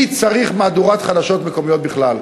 מי צריך מהדורת חדשות מקומיות בכלל?